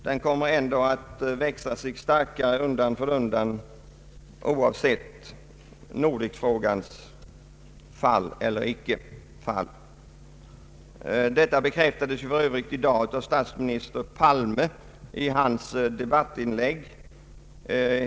Den kommer ändå att växa sig starkare undan för undan oavsett Nordekfrågans fall eller icke fall. Detta bekräftades för övrigt i dag av statsminister Palme i hans debattinlägg.